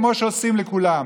כמו שעושים לכולם,